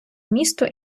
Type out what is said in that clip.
місто